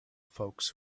folks